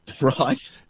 Right